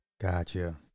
Gotcha